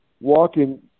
walking